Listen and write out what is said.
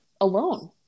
alone